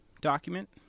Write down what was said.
document